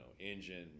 engine